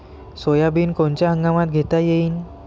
Soybean कोनच्या हंगामात घेता येईन?